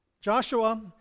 Joshua